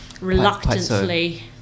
reluctantly